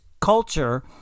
culture